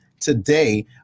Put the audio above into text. today